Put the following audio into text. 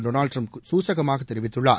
Donald Trump சூசகமாக தெரிவித்துள்ளார்